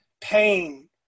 pain